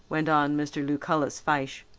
went on mr. lucullus fyshe.